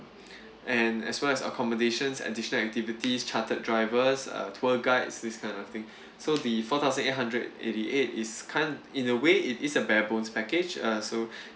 and as well as accommodations additional activities chartered drivers uh tour guides this kind of thing so the four thousand eight hundred eighty eight is kind in a way it is a bare bones package uh so